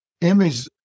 image